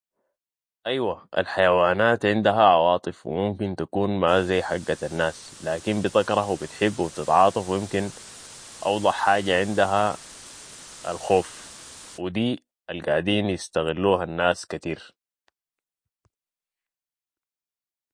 أيوة الحيوانات عندها عواطف ممكن تكون ما زي حقت الناس لكن بتكره و بتحب و بتتعاطف و امكن أوضح حاجة عندها الخوف و دي القاعدتين يستغلوها الناس كتير